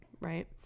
Right